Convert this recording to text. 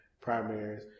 primaries